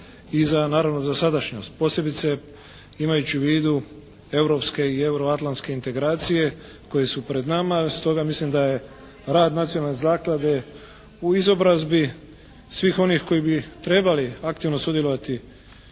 za naravno za sadašnjost posebice imajući u vidu europske i euroatlantske integracije koje su pred nama. Stoga mislim da je rad nacionalne zaklade u izobrazbi svih onih koji bi trebali aktivno sudjelovati